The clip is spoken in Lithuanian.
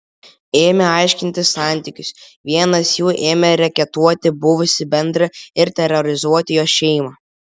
ėmę aiškintis santykius vienas jų ėmė reketuoti buvusį bendrą ir terorizuoti jo šeimą